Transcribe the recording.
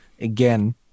again